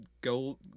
go